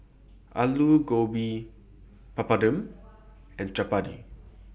Alu Gobi Papadum and Chapati